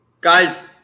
guys